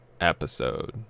episode